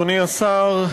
אדוני השר,